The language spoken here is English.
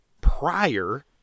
prior